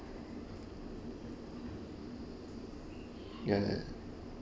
ya ya